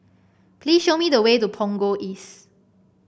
please show me the way to Punggol East